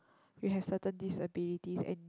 you have certain this ability and